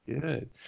Good